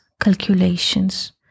calculations